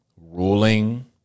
ruling